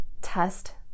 test